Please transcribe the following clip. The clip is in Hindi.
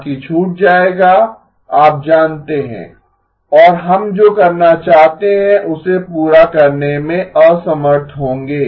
बाकी छूट जाएगा आप जानते हैं और हम जो करना चाहते हैं उसे पूरा करने में असमर्थ होंगे